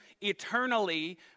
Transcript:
eternally